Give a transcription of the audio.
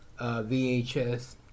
VHS